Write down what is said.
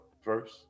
first